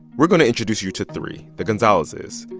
we're going to introduce you to three the gonzalezes.